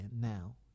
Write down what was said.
now